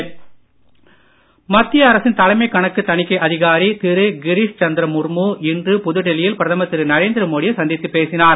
முர்மு மோடி மத்திய அரசின் தலைமை கணக்கு தணிக்கை அதிகாரி திரு கிரீஷ் சந்திர முர்மு இன்று புதுடெல்லியில் பிரதமர் திரு நரேந்திர மோடியை சந்தித்துப் பேசினார்